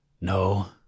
No